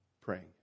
praying